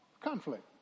Conflict